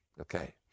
Okay